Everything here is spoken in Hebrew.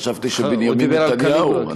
אני חשבתי שבנימין נתניהו.